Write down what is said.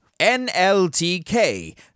NLTK